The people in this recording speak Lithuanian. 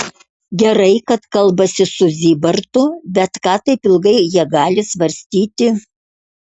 gerai kad kalbasi su zybartu bet ką taip ilgai jie gali svarstyti